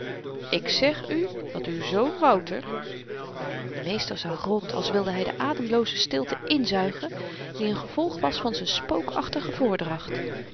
ik zeg u dat uw zoon wouter de meester zag rond als wilde hy de ademlooze stilte inzuigen die n gevolg was van z'n spookachtige voordracht